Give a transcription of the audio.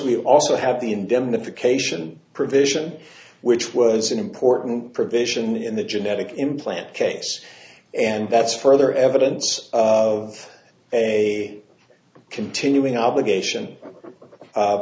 we also have the indemnification provision which was an important provision in the genetic implant case and that's further evidence of a continuing obligation